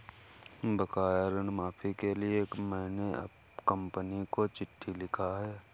बकाया ऋण माफी के लिए मैने कंपनी को चिट्ठी लिखा है